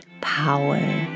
power